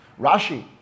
Rashi